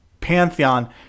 Pantheon